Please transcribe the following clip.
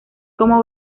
como